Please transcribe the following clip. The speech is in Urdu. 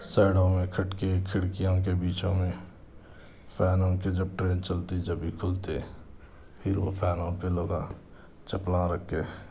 سائیڈوں میں کھٹکے کھڑکیاں کے بیچوں میں فین ان کے جب ٹرین چلتی جبھی کھلتے پھر وہ فینوں پہ لوگاں چپلاں رکھ کے